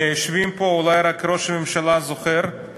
מהיושבים פה אולי רק ראש הממשלה זוכר,